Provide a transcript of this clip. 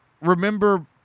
remember